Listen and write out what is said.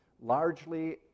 largely